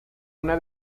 una